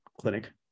clinic